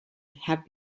have